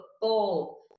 football